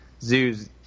zoos